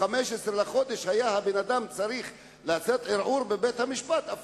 היה אדם צריך להגיש ערעור בבית-המשפט ב-15 לחודש,